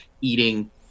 eating